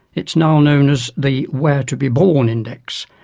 it's now known as the where to be born index,